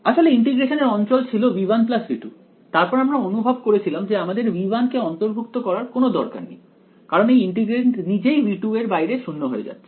আসলে ইন্টিগ্রেশনের অঞ্চল ছিল V1 V2 তারপর আমরা অনুভব করেছিলাম যে আমাদের V1 কে অন্তর্ভুক্ত করার কোনও দরকার নেই কারণ এই ইন্টিগ্রান্ড নিজেই V2 এর বাইরে 0 হয়ে যাচ্ছে